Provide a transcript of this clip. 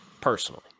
personally